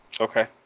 Okay